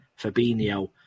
Fabinho